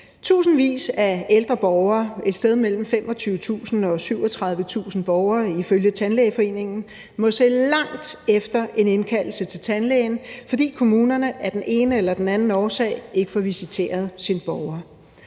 tusindvis af ældre borgere – et sted mellem 25.000 og 37.000 borgere ifølge Tandlægeforeningen – må se langt efter en indkaldelse til tandlægen, fordi kommunerne af den ene eller den anden årsag ikke får visiteret sine borgere.